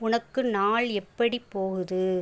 உனக்கு நாள் எப்படி போகுது